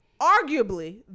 Arguably